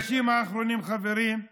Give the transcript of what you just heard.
האחרונים, חברים, זה